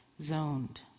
zoned